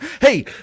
hey